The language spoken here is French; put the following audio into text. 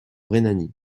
rhénanie